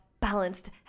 balanced